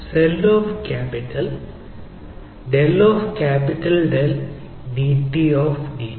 del of capital del D D T of D T